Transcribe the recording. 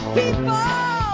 people